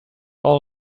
all